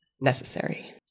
necessary